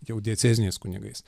jau dieceziniais kunigais